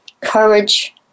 courage